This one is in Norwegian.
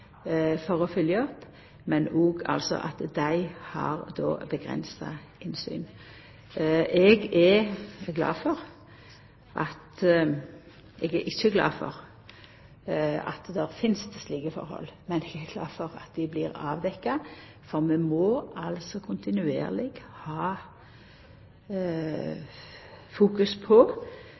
for å følgja opp, men òg at dei har avgrensa innsyn. Eg er ikkje glad for at det finst slike tilhøve, men eg er glad for at dei blir avdekte, for vi må kontinuerleg ha fokus på